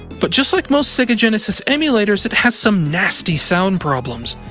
but just like most sega genesis emulators, it has some nasty sound problems.